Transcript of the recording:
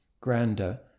grander